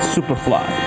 Superfly